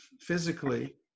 physically